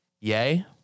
Yay